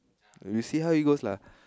we'll see how it goes lah